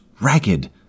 ragged